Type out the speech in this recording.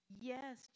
Yes